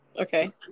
okay